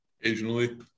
Occasionally